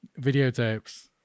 videotapes